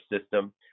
system